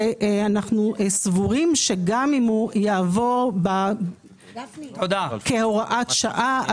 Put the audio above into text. ואנו סבורים שגם אם יעבור כהוראת שעה,